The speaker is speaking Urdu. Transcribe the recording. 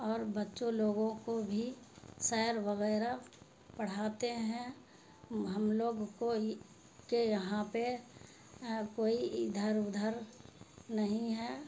اور بچوں لوگو کو بھی شعر وغیرہ پڑھاتے ہیں ہم لوگ کو کے یہاں پہ کوئی ادھر ادھر نہیں ہے